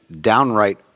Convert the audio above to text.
downright